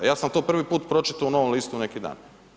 Ja sam to prvi put pročito u Novom listu neki dan.